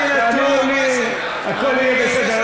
תאמינו לי, הכול יהיה בסדר.